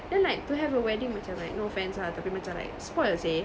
then like to have a wedding macam like no offence ah tapi macam like spoil seh